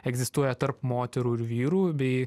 egzistuoja tarp moterų ir vyrų bei